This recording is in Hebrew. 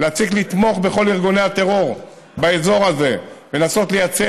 להפסיק לתמוך בכל ארגוני הטרור באזור הזה ולנסות לייצא